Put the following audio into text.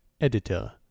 Editor